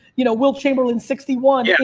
you know, wilt chamberlain sixty one yeah